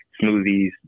smoothies